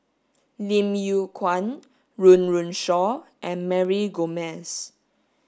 Lim Yew Kuan Run Run Shaw and Mary Gomes